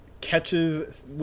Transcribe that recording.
catches